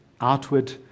Outward